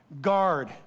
guard